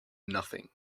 nothing